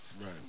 Right